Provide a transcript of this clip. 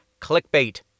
Clickbait